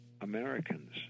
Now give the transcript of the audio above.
Americans